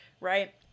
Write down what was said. right